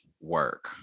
work